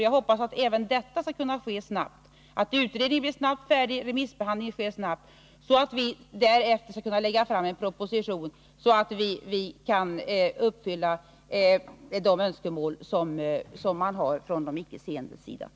Jag hoppas att utredningen snabbt blir färdig och att remissbehandlingen sker snabbt, så att vi därefter skall kunna lägga fram en proposition och därmed uppfylla de önskemål som de icke seende har.